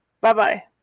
Bye-bye